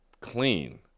clean